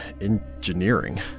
engineering